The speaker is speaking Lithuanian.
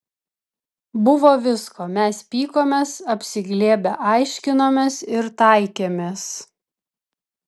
buvo visko mes pykomės apsiglėbę aiškinomės ir taikėmės